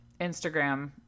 Instagram